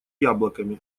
яблоками